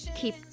keep